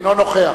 אינו נוכח